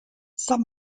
sub